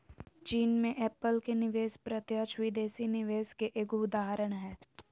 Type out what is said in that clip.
चीन मे एप्पल के निवेश प्रत्यक्ष विदेशी निवेश के एगो उदाहरण हय